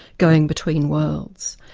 going between worlds.